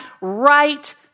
right